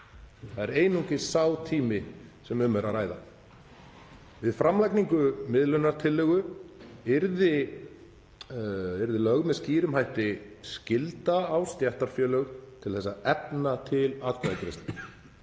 Það er einungis sá tími sem um er að ræða. Við framlagningu miðlunartillögu yrði lögð með skýrum hætti skylda á stéttarfélög til þess að efna til atkvæðagreiðslu